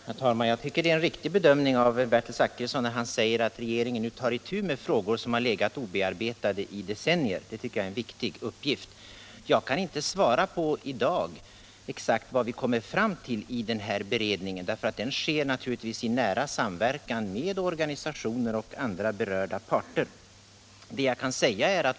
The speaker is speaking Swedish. Herr talman! Jag tycker det är en riktig bedömning Bertil Zachrisson gör när han säger att regeringen nu tar itu med frågor som legat obearbetade i decennier. Det tycker jag är en viktig uppgift. Jag kan inte i dag svara på vad vi kommer fram till i beredningen — den sker naturligtvis i nära samverkan med organisationer och andra berörda parter.